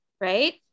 right